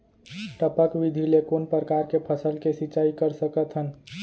टपक विधि ले कोन परकार के फसल के सिंचाई कर सकत हन?